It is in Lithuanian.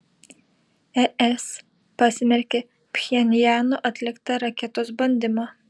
es pasmerkė pchenjano atliktą raketos bandymą